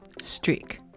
streak